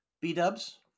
B-Dubs